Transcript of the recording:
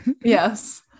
Yes